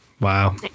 wow